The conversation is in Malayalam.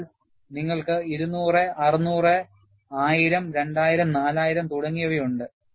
അതിനാൽ നിങ്ങൾക്ക് 200 600 1000 2000 4000 തുടങ്ങിയവയുണ്ട്